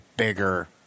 Bigger